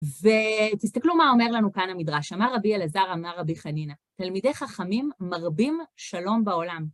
ותסתכלו מה אומר לנו כאן המדרש, אמר רבי אלעזר, אמר רבי חנינה, תלמידי חכמים מרבים שלום בעולם.